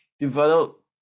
develop